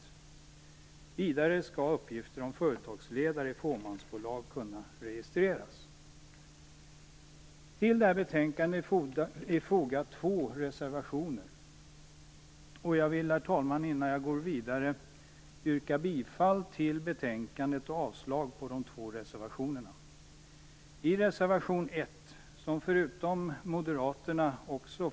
Vidare skall uppgift om företagsledare i fåmansföretag kunna registreras. Till betänkandet har fogats två reservationer. Innan jag går vidare vill jag, herr talman, yrka bifall till hemställan i betänkandet och avslag på de två reservationerna.